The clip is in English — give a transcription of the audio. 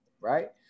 right